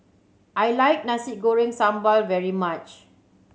I like Nasi Goreng Sambal very much